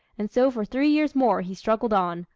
and so for three years more he struggled on,